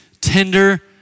tender